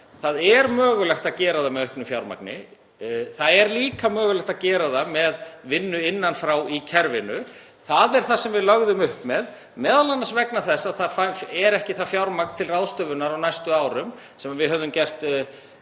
Það er mögulegt að gera það með auknu fjármagni. Það er líka mögulegt að gera það með vinnu innan frá í kerfinu. Það er það sem við lögðum upp með, m.a. vegna þess að það er ekki það fjármagn til ráðstöfunar á næstu árum sem við höfðum gert